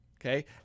okay